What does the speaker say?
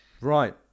Right